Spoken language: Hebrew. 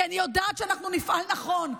כי אני יודעת שאנחנו נפעל נכון,